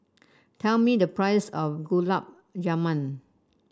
tell me the price of Gulab Jamun